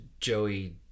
Joey